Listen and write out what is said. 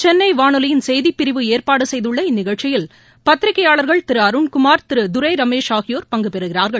சென்னை வானொலியின் செய்திப்பிரிவு ஏற்பாடு செய்துள்ள இந்நிகழ்ச்சியில் பத்திரிகையாளர்கள் திரு அருண்குமார் திரு துரை ரமேஷ் ஆகியோர் பங்கு பெறுகிறார்கள்